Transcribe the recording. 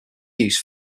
use